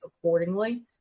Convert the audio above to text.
accordingly